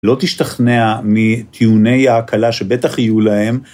לא תשתכנע מטיעוני ההקלה שבטח יהיו להם.